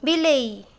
ବିଲେଇ